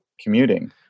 commuting